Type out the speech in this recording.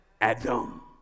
Adam